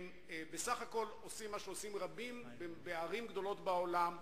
בסך הכול הם עושים מה שעושים רבים בערים גדולות בעולם.